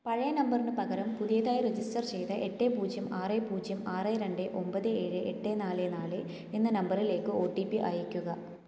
പഴയ നമ്പറിന് പകരം പുതിയതായി രജിസ്റ്റർ ചെയ്ത എട്ട് പൂജ്യം ആറ് പൂജ്യം ആറ് രണ്ട് ഒമ്പത് ഏഴ് എട്ട് നാല് നാല് എന്ന നമ്പറിലേക്ക് ഒ ടി പി അയയ്ക്കുക